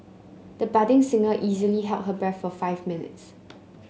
the budding singer easily held her breath for five minutes